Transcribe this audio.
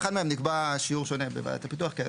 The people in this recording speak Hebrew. ולכל אחד מהם נקבע שיעור שונה בוועדת הפיתוח.